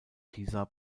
pisa